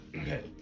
Okay